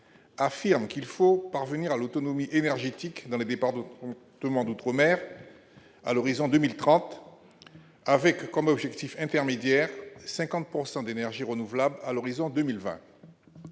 dispose qu'il faut « parvenir à l'autonomie énergétique dans les départements d'outre-mer à l'horizon 2030 avec, comme objectif intermédiaire, 50 % d'énergies renouvelables à l'horizon 2020